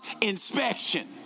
inspection